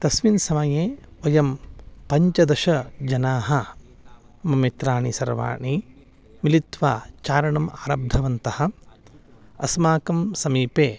तस्मिन् समये वयं पञ्चदश जनाः मम मित्राणि सर्वाणि मिलित्वा चारणम् आरब्धवन्तः अस्माकं समीपे